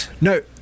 No